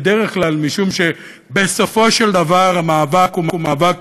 בדרך כלל משום שבסופו של דבר המאבק הוא מאבק